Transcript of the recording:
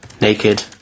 naked